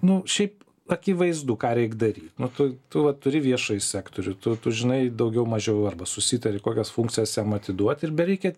nu šiaip akivaizdu ką reik daryt nu tu tu va turi viešąjį sektorių tu tu žinai daugiau mažiau arba susitari kokias funkcijas jam atiduot ir bereikia